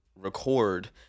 record